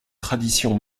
tradition